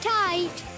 tight